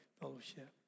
Fellowship